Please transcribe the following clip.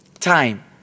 Time